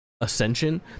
ascension